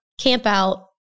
campout